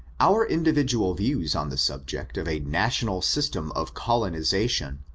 our individual views on the subject of a national system of colonisation,